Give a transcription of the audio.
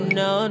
no